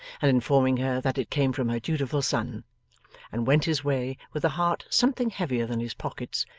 and informing her that it came from her dutiful son and went his way, with a heart something heavier than his pockets,